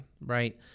right